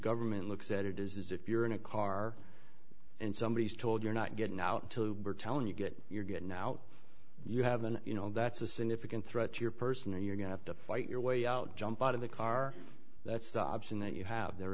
government looks at it is if you're in a car and somebody is told you're not getting out to we're telling you get your get in out you have an you know that's a significant threat to your person or you're going up to fight your way out jump out of the car that's stops and that you have there